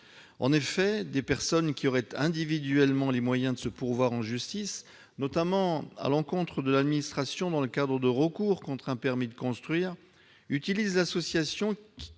En effet, des personnes qui auraient individuellement les moyens de se pourvoir en justice, notamment à l'encontre de l'administration dans le cadre de recours contre un permis de construire, utilisent une association